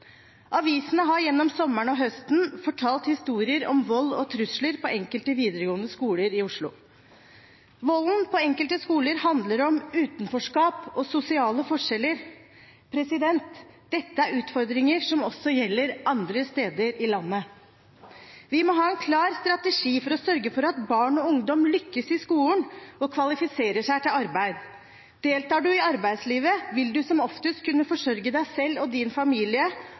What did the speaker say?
Avisene har gjennom sommeren og høsten fortalt historier om vold og trusler på enkelte videregående skoler i Oslo. Volden på enkelte skoler handler om utenforskap og sosiale forskjeller. Dette er utfordringer som også gjelder andre steder i landet. Vi må ha en klar strategi for å sørge for at barn og ungdom lykkes i skolen og kvalifiserer seg til arbeid. Deltar en i arbeidslivet, vil en som oftest kunne forsørge seg selv og sin familie